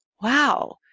Wow